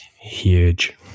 Huge